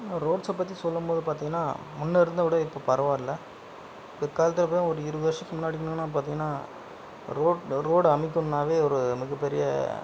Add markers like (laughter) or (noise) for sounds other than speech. ரோட்ஸை பற்றி சொல்லும்போது பாத்திங்கன்னா முன்னே இருந்ததை விட இப்போ பரவாயில்லை பிற்காலத்தில் போய் ஒரு இருபது வருடத்துக்கு முன்னாடி (unintelligible) பார்த்திங்கனா ரோட் ரோடு அமைக்கும்னாலே ஒரு மிகப்பெரிய